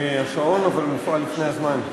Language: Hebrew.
השעון אבל מופעל לפני הזמן.